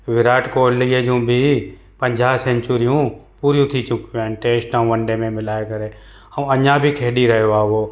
विराट कोहलियूं जूं बि पंजाहु सैंचुरियूं पूरियूं थी चुकियूं आहिनि टेस्ट ऐं वनडे में मिलाए करे ऐं अञा बि खेॾी रहियो आहे उहो